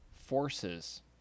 forces